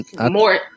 more